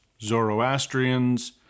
Zoroastrians